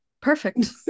Perfect